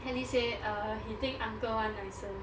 atlee say uh he think uncle one nicer